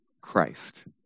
Christ